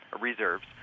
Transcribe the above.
reserves